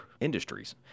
industries